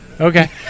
Okay